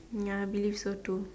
ya I believe so too